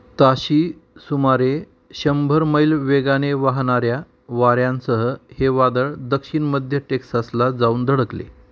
ताशी सुमारे शंभर मैल वेगाने वाहणाऱ्या वाऱ्यांसह हे वादळ दक्षिण मध्य टेक्सासला जाऊन धडकले